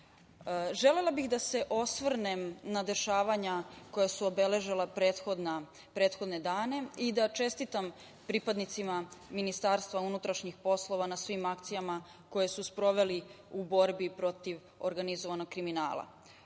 Srbije. Želela bih da se osvrnem na dešavanja koja su obeležila prethodne dana i da čestitam pripadnicima MUP-a na svim akcijama koje su sproveli u borbi protiv organizovanog kriminala.